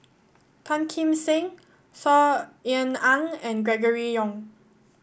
Tan Kim Seng Saw Ean Ang and Gregory Yong